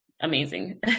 amazing